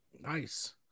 nice